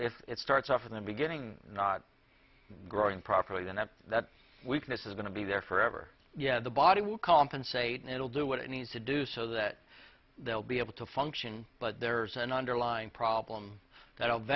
if it starts off in the beginning not growing properly then that that weakness is going to be there forever yeah the body will compensate and it'll do what it needs to do so that they'll be able to function but there's an underlying problem that